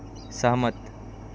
सहमत